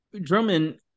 Drummond